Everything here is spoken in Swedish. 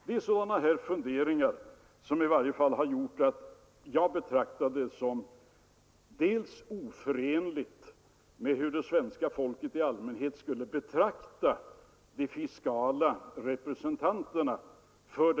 Det är funderingar av det här slaget som har gjort att jag betraktar en sådan beskattning som oförenlig med hur svenska folket i allmänhet ser på denna fråga. Man vill ha litet av hemmets helgd bevarad.